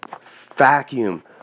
vacuum